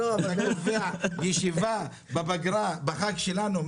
ישיבה בפגרה בחג שלנו?